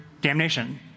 damnation